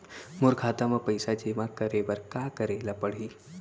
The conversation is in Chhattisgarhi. मोर खाता म पइसा जेमा करे बर का करे ल पड़ही?